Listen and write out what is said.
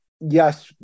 Yes